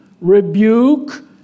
rebuke